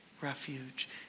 refuge